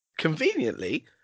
Conveniently